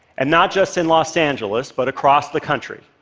and not just in los angeles but across the country.